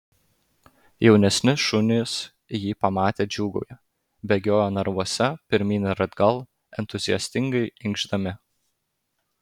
jaunesni šunys jį pamatę džiūgauja bėgioja narvuose pirmyn ir atgal entuziastingai inkšdami